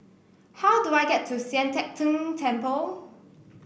how do I get to Sian Teck Tng Temple